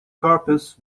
corpus